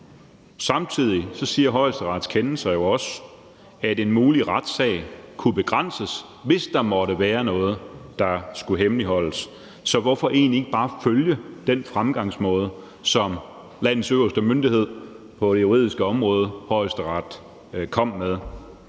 Samtidig siger Højesterets kendelser jo også, at en mulig retssag kunne begrænses, hvis der måtte være noget, der skulle hemmeligholdes. Så hvorfor egentlig ikke bare følge den fremgangsmåde, som landets øverste myndighed på det juridiske område, Højesteret, kom med?